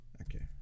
okay